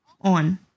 on